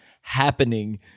happening